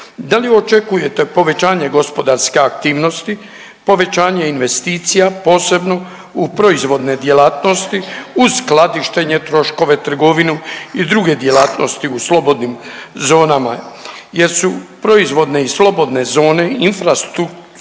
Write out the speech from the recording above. Da li očekujete povećanje gospodarske aktivnosti, povećanje investicija, posebno u proizvodne djelatnosti u skladištenje, troškove, trgovinu i druge djelatnosti u slobodnim zonama jer su proizvodne i slobodne zone infrastrukturno